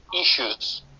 Issues